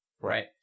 Right